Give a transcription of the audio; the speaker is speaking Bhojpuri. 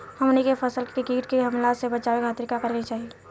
हमनी के फसल के कीट के हमला से बचावे खातिर का करे के चाहीं?